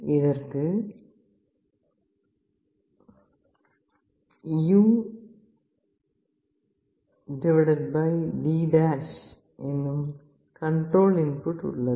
இதற்கு UD' என்னும் control input உள்ளது